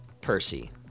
Percy